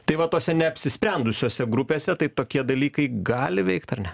tai va tose neapsisprendusiose grupėse tai tokie dalykai gali veikt ar ne